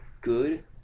good